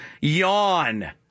Yawn